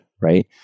right